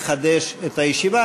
מחדש את הישיבה,